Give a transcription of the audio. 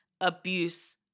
abuse